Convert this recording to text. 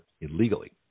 illegally